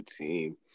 team